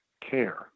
care